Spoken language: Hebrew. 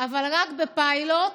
אבל רק בפיילוט